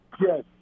Yes